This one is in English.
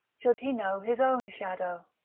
should he know his own shadow?